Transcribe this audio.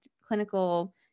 clinical